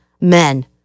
men